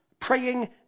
praying